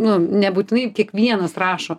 nu nebūtinai kiekvienas rašo